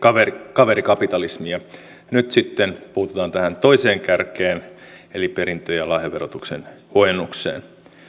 kaverikapitalismia nyt sitten puututaan tähän toiseen kärkeen eli perintö ja lahjaverotuksen huojennukseen